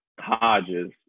Hodges